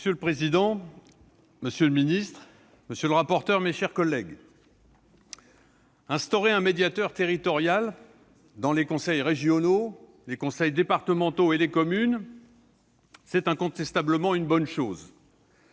Monsieur le président, monsieur le ministre, monsieur le rapporteur, mes chers collègues, instituer un médiateur territorial dans les conseils régionaux, les conseils départementaux et les communes est incontestablement une bonne chose.